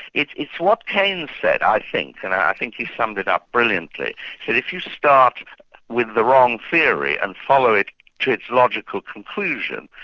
it's what keynes said, i think, and i think he summed it up brilliantly that if you start with the wrong theory and follow it to its logical conclusion,